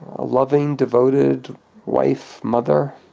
a loving, devoted wife, mother